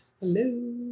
hello